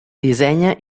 dissenya